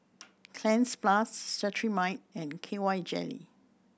Cleanz Plus Cetrimide and K Y Jelly